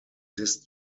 disc